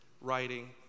writing